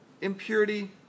impurity